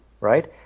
right